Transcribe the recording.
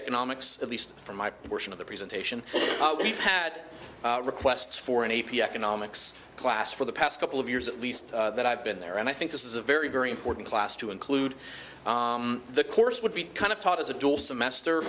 economics at least from my portion of the presentation we've had requests for an a p economics class for the past couple of years at least that i've been there and i think this is a very very important class to include the course would be kind of taught as a door semester